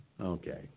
Okay